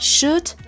Shoot